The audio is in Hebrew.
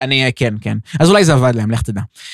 אני כן, כן. אז אולי זה עבד להם, לך תדע.